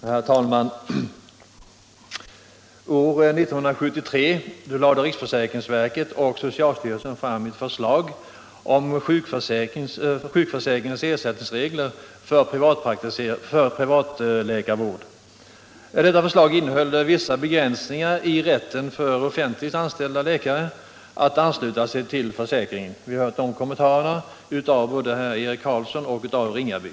Herr talman! År 1973 lade riksförsäkringsverket och socialstyrelsen fram ett förslag om sjukförsäkringens ersättningsregler för privat läkarvård. Detta förslag innehöll vissa begränsningar i rätten för offentligt anställda läkare att ansluta sig till försäkringen. Vi har hört kommentarerna av både herr Eric Carlsson i Vikmanshyttan och herr Ringaby.